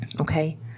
okay